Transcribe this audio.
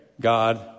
God